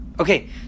Okay